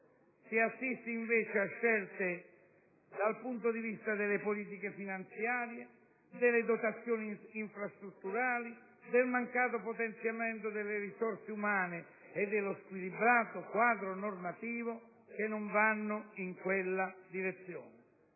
Si assiste invece a scelte che, dal punto di vista delle politiche finanziare, delle dotazioni infrastrutturali, del mancato potenziamento delle risorse umane e dello squilibrato quadro normativo, non vanno in quella direzione.